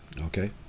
Okay